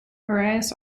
arias